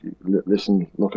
listen